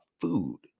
food